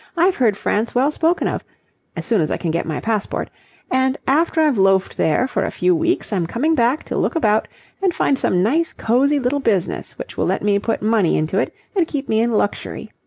i've heard france well spoken of as soon as i can get my passport and after i've loafed there for a few weeks, i'm coming back to look about and find some nice cosy little business which will let me put money into it and keep me in luxury.